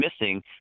missing